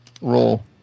roll